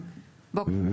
בבקשה.